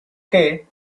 che